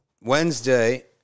Wednesday